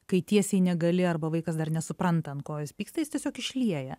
kai tiesiai negali arba vaikas dar nesupranta ant ko jis pyksta jis tiesiog išlieja